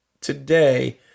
today